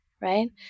right